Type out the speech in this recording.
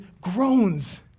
groans